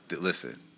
Listen